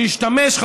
שהשתמש,